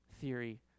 theory